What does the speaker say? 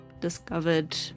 discovered